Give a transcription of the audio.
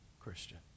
Christian